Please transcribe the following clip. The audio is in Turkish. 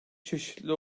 çeşitli